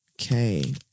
Okay